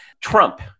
Trump